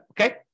Okay